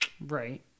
Right